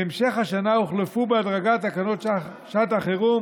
בהמשך השנה הוחלפו בהדרגה תקנות שעת החירום